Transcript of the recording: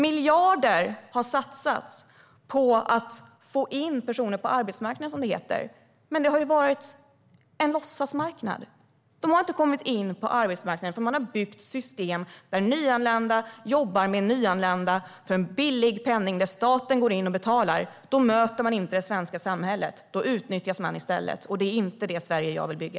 Miljarder har satsats på att få in personer på arbetsmarknaden, som det heter, men det har varit en låtsasmarknad. De har inte kommit in på arbetsmarknaden eftersom man har byggt system där nyanlända jobbar med nyanlända för en billig penning och där staten betalar. Då möter de inte det svenska samhället, utan de utnyttjas i stället. Det är inte detta Sverige jag vill bygga.